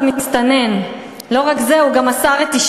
הוא היה מסתנן, וואחד מסתנן.